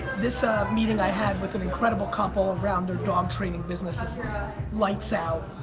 this meeting i had with an incredible couple around their dog training business is lights out.